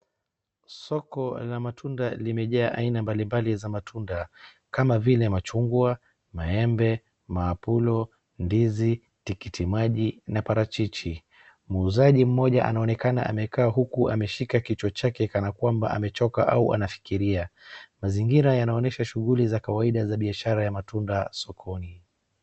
Soko la matunda limejaa aina mbalimbali za matunda kama vile machungwa, maembe maapulo, ndizi, tikiti maji na parachichi. Muuzaji mmoja anaonekana amekaa huku ameshika kichwa chake kana kwamba amechoka au anafikiria. Mazingira yanaonesha shughuli za kawaida za biashara ya matunda sokoni.